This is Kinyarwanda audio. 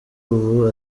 ubu